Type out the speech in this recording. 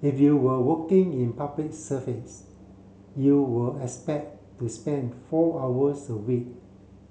if you were working in Public Service you were expect to spend four hours a week